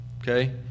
Okay